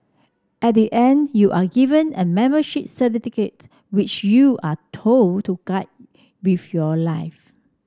at the end you are given a membership certificate which you are told to guard with your life